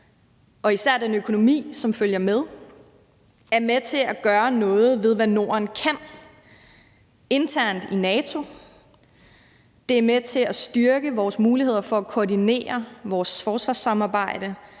og især den økonomi, som følger med, er med til at gøre noget ved, hvad Norden kan internt i NATO. Det er med til at styrke vores muligheder for at koordinere vores forsvarssamarbejde,